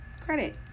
credit